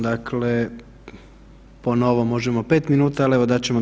Dakle po novom možemo 5 minuta, ali evo dat ćemo do